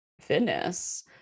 fitness